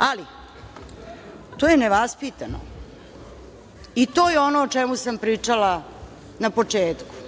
Ali, to je nevaspitano, i to je ono o čemu sam pričala na početku.